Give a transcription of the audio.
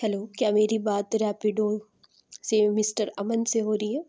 hello کیا میری بات ریپیڈو سے مسٹر امن سے ہو رہی ہے